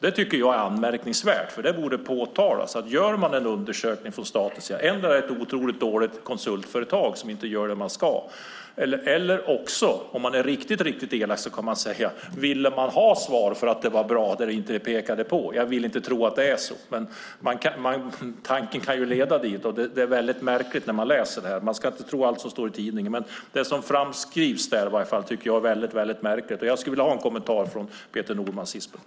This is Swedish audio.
Det tycker jag är anmärkningsvärt. Det borde påtalas när en undersökning från statens sida görs. Endera är det ett otroligt dåligt konsultföretag som inte gör det man ska göra, eller också - för att vara riktigt elak - ville man ha svar därför att det var bra att få svar där det inte pekades på bonusar. Jag vill inte tro att det är så, men tanken kan leda dithän. Det man kan läsa om detta är väldigt märkligt. Man ska inte tro allt som står i tidningen, men det som skrivs där är i alla fall väldigt märkligt, tycker jag. Jag skulle vilja ha en kommentar från Peter Norman om detta.